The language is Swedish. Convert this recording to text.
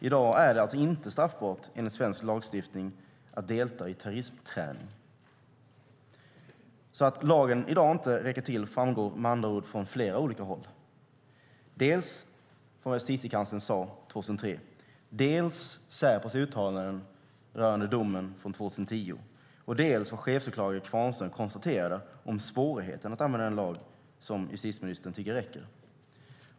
I dag är det alltså inte straffbart enligt svensk lagstiftning att delta i terroristträning. Att lagen i dag inte räcker till framgår med andra ord från flera olika håll, dels från det som Justitiekanslern sade 2003, dels från Säpos uttalanden rörande domen från 2010, dels från vad chefsåklagare Hilding Qvarnström konstaterade om svårigheten att använda den lag som justitieministern tycker räcker.